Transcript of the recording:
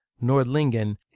nordlingen